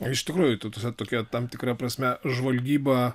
iš tikrųjų tokia tokia tam tikra prasme žvalgyba